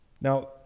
Now